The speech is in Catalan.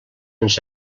ens